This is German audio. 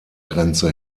grenze